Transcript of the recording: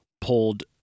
pulled